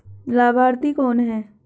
लाभार्थी कौन है?